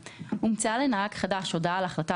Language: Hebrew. "(2)הומצאה לנהג חדש הודעה על החלטה